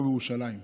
פה בירושלים.